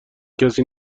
کسی